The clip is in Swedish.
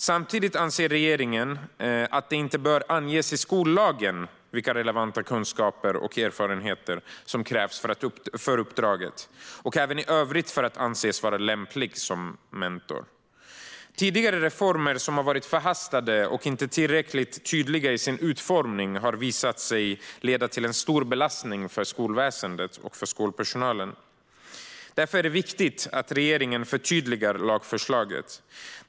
Samtidigt anser regeringen att det inte bör anges i skollagen vilka relevanta kunskaper och erfarenheter som krävs för uppdraget och även i övrigt för att anses vara lämplig som mentor. Tidigare förhastade reformer och inte tillräckligt tydligt utformade reformer har visat sig leda till en stor belastning för skolväsendet och för skolpersonalen. Därför är det viktigt att regeringen förtydligar lagförslaget.